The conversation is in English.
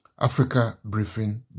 africabriefing